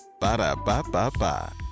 Ba-da-ba-ba-ba